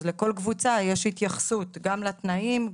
אז לכל קבוצה יש התייחסות: גם לתנאים,